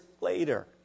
later